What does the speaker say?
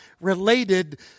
related